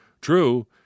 True